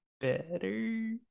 better